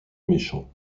méchants